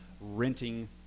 Renting